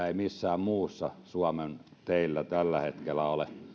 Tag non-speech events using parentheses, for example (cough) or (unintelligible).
(unintelligible) ei missään muualla suomen teillä tällä hetkellä ole